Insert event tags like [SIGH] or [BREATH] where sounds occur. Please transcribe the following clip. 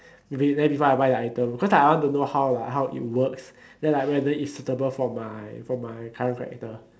[BREATH] read then before I buy the item cause like I want to know how like how it works then like whether it's suitable for my for my current character